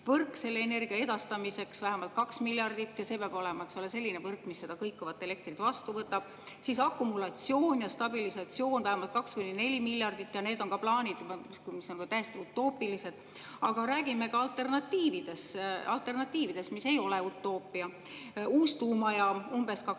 Võrk selle energia edastamiseks – vähemalt 2 miljardit. See peab olema selline võrk, mis seda kõikuvat elektrit vastu võtab. Siis akumulatsioon ja stabilisatsioon – vähemalt 2–4 miljardit. Need on ka plaanid, mis on täiesti utoopilised. Aga räägime alternatiividest, mis ei ole utoopia. Uus tuumajaam – umbes 2,5